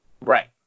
Right